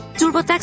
TurboTax